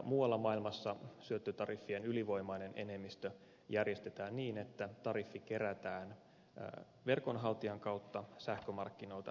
muualla maailmassa syöttötariffien ylivoimainen enemmistö järjestetään niin että tariffi kerätään verkonhaltijan kautta sähkömarkkinoilta sähkönkäyttäjiltä